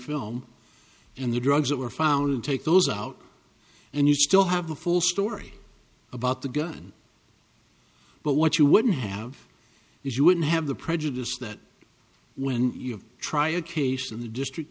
film in the drugs that were found and take those out and you still have the full story about the gun but what you wouldn't have is you wouldn't have the prejudice that when you try a case in the district